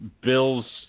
Bill's